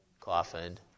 coffin